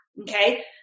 Okay